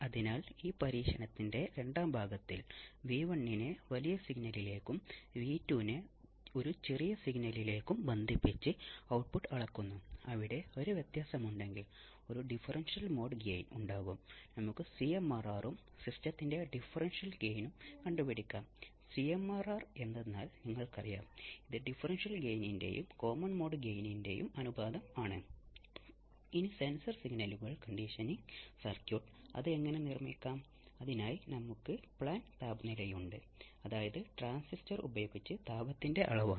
അതിനാൽ ഫീഡ്ബാക്കിന്റെ അടിസ്ഥാനത്തിൽ നോക്കിയാൽ പോസിറ്റീവ് ഫീഡ്ബാക്ക് ഉപയോഗിക്കുന്ന ഓസിലേറ്ററുകളെ ഫീഡ്ബാക്ക് ഓസിലേറ്ററുകൾ എന്ന് വിളിക്കുന്നു പിന്നെ ഒരു തരത്തിലുമുള്ള ഫീഡ്ബാക്ക് ഉപയോഗിക്കാത്തവയെ നോൺ ഫീഡ്ബാക്ക് തരം ഓസിലേറ്ററുകൾ എന്ന് വിളിക്കുന്നു